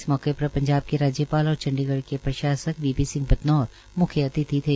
इस मौके पर पंजाब के राज्यपाल और चंडीगढ़ के प्रशासक वी पी सिंह बदनौर म्ख्य अतिथि थे